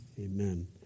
Amen